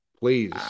please